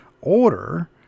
order